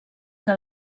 que